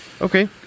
Okay